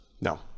No